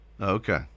Okay